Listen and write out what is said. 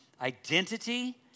identity